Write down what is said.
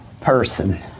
person